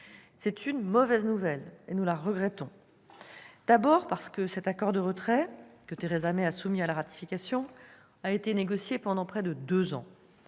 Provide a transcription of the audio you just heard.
C'est une mauvaise nouvelle, que nous regrettons, d'abord parce que l'accord de retrait que Theresa May a soumis à ratification a été négocié pendant près de deux ans.